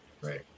Right